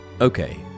Okay